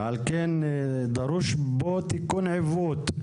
ועל כן דרוש פה לתקן את העיוות,